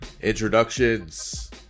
introductions